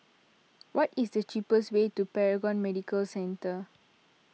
what is the cheapest way to Paragon Medical Centre